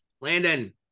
Landon